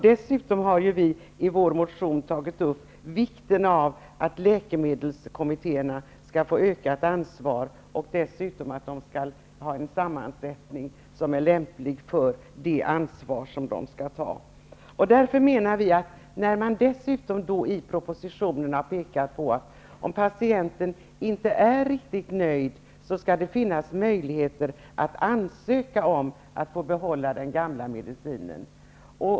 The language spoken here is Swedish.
Dessutom har vi i vår motion tagit upp vikten av att läkemedelskommittéerna skall få ökat ansvar och en sammansättning som är lämplig för det ansvar som de skall ta. I propositionen har man dessutom pekat på, att om patienten inte är riktigt nöjd skall det finnas möjligheter att ansöka om att få behålla den gamla medicinen.